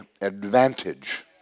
advantage